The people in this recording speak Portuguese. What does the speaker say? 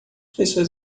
pessoas